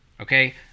okay